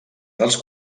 dels